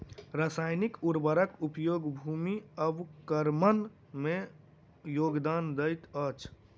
रासायनिक उर्वरक उपयोग भूमि अवक्रमण में योगदान दैत अछि